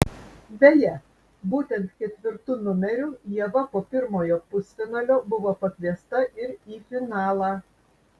beje būtent ketvirtu numeriu ieva po pirmojo pusfinalio buvo pakviesta ir į finalą